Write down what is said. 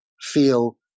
feel